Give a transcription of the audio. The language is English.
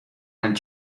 and